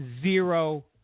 zero